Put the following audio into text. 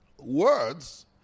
words